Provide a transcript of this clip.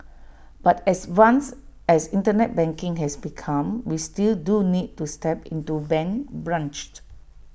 but as once as Internet banking has become we still do need to step into bank branch